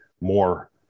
more